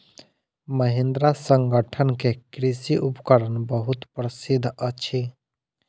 महिंद्रा संगठन के कृषि उपकरण बहुत प्रसिद्ध अछि